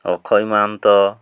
Akshay Mahanta